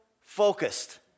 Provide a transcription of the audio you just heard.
focused